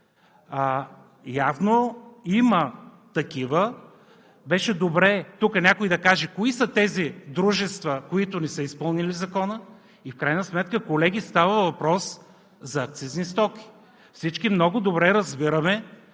Явно има такива, беше добре тук някой да каже кои са тези дружества, които не са изпълнили Закона и в крайна сметка, колеги, става въпрос за акцизни стоки. Всички много добре разбираме